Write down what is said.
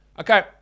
Okay